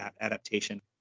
adaptation